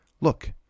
look